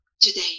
today